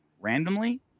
randomly